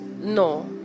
No